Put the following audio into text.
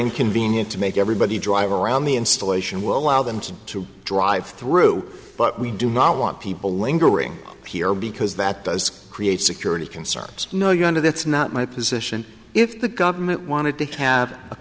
inconvenient to make everybody drive around the installation will allow them to to drive through but we do not want people lingering here because that does create security concerns no your honor that's not my position if the government wanted to have a